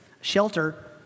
shelter